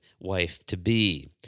wife-to-be